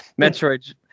Metroid